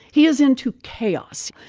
he is into chaos.